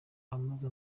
abamaze